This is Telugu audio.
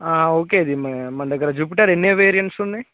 ఓకే ఇది మా మన దగ్గర జుపిటర్ ఎన్నో వేరియన్స్ ఉంది